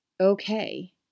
okay